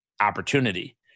opportunity